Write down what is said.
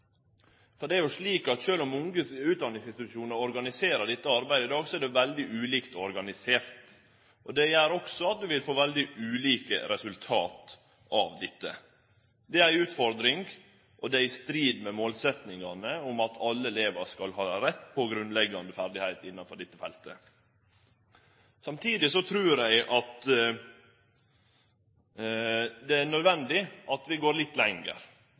For det jo slik at sjølv om utdanningsinstitusjonar organiserer dette arbeidet i dag, er det veldig ulikt organisert. Det gjer også at ein får veldig ulike resultat av dette. Det er ei utfordring, og det er i strid med målsetjingane om at alle elevar skal ha rett på grunnleggjande ferdigheiter innafor dette feltet. Samtidig trur eg det er nødvendig at vi går litt lenger.